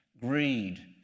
greed